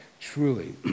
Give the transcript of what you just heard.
truly